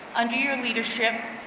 under your leadership,